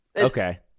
Okay